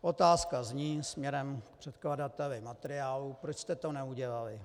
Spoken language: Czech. Otázka zní směrem k předkladateli materiálu, proč jste to neudělali.